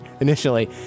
initially